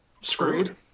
Screwed